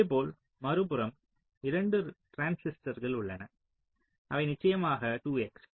இதேபோல் மறுபுறம் 2 டிரான்சிஸ்டர்கள் உள்ளன அவை நிச்சயமாக 2 X